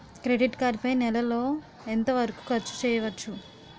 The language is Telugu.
క్రెడిట్ కార్డ్ పై నెల లో ఎంత వరకూ ఖర్చు చేయవచ్చు?